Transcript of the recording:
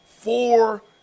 four –